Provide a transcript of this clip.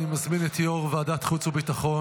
אני מזמין את יו"ר ועדת החוץ והביטחון